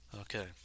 Okay